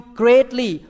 greatly